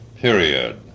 period